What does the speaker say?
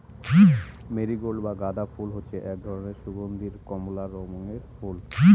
marigold বা গাঁদা ফুল হচ্ছে এক ধরনের সুগন্ধীয় কমলা রঙের ফুল